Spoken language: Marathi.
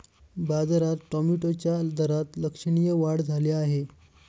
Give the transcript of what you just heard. बाजारात टोमॅटोच्या दरात लक्षणीय वाढ झाली आहे